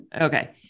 okay